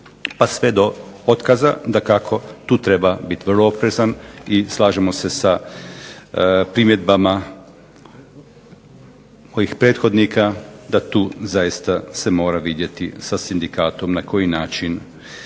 pa sve do otkaza. Dakako, tu treba biti vrlo oprezan. I slažemo se sa primjedbama mojih prethodnika da tu zaista se mora vidjeti sa sindikatom na koji način